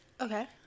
Okay